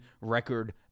record